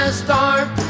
start